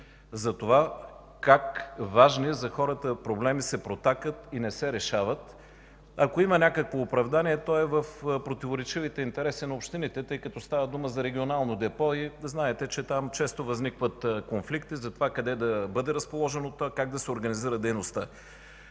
как важни за хората проблеми се протакат и не се решават. Ако има някакво оправдание, то е в противоречивите интереси на общините, тъй като става дума за регионално депо. Знаете, че там често възникват конфликти къде да бъде разположено то, как да се организира дейността.